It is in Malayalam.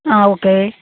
ആ ഓക്കെ